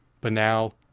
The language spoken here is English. banal